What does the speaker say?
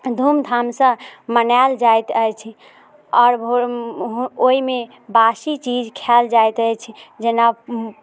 धूम धामसँ मनायल जाइत अछि आओर भोर ओइमे बासी चीज खाइल जाइत अछि जेना